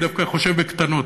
אני דווקא חושב בקטנות,